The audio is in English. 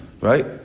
right